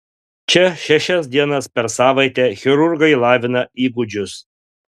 čia šešias dienas per savaitę chirurgai lavina įgūdžius